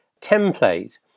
template